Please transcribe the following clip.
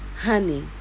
honey